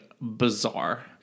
bizarre